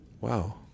Wow